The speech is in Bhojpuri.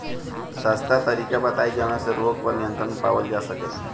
सस्ता तरीका बताई जवने से रोग पर नियंत्रण पावल जा सकेला?